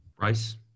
rice